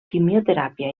quimioteràpia